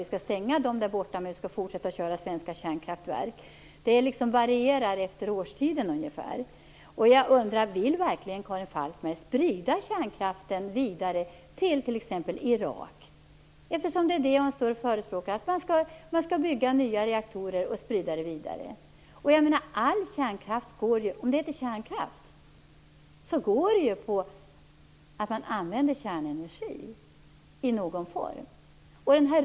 Vi skall stänga kärnkraftverken där borta, men vi skall fortsätta med att köra svenska kärnkraftverk. Inställningen tycks på något sätt variera alltefter årstid. Vill Karin Falkmer verkligen sprida kärnkraften vidare exempelvis till Irak? Karin Falkmer förespråkar ju att nya reaktorer skall byggas och att kärnkraften därmed skall spridas vidare. Men kärnkraft bygger på att kärnenergi i någon form används.